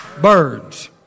birds